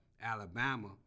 Alabama